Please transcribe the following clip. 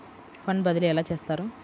Fund బదిలీ ఎలా చేస్తారు?